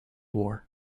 war